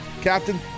Captain